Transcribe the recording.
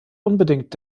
unbedingt